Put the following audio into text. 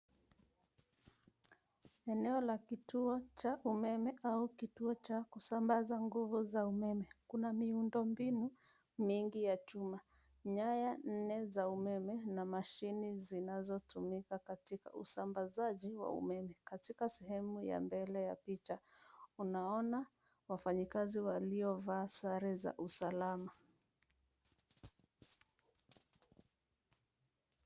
Eneo la kituo cha umeme au kituo cha kusambaza nguvu za umeme, kuna miundo mbinu mingi ya chuma, nyaya nne za umeme na mashine zinazotumika katika usambazaji wa umeme. Katika sehemu ya mbele ya picha unaona wafanyikazi waliovaa sare za usalama.